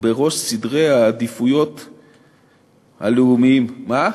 בראש סדרי העדיפויות הלאומיים, מה?